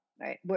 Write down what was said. right